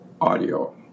audio